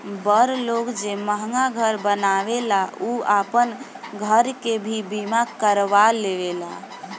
बड़ लोग जे महंगा घर बनावेला उ आपन घर के भी बीमा करवा लेवेला